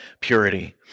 purity